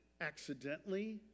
accidentally